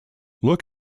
look